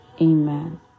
Amen